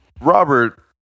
Robert